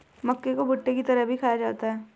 मक्के को भुट्टे की तरह भी खाया जाता है